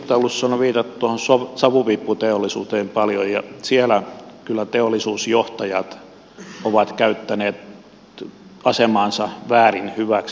tässä keskustelussa on viitattu tuohon savupiipputeollisuuteen paljon ja siellä kyllä teollisuusjohtajat ovat käyttäneet asemaansa väärin hyväksi